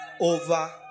Over